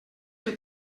que